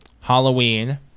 Halloween